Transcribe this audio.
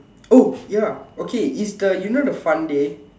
oh ya okay is the you know the fun day